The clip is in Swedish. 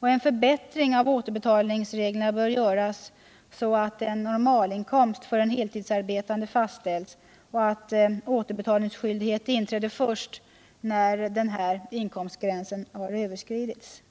En förbättring av återbetalningsreglerna bör göras så att en ”normalinkomst” för en heltidsarbetande fastställs och att återbetalningsskyldighet inträder först sedan denna inkomstgräns överskridits.